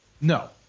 No